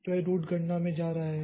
तो यह रूट गणना में जा रहा है